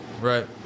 Right